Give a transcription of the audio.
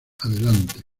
adelante